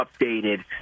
updated